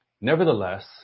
Nevertheless